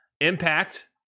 Impact